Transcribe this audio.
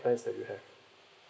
plans that you have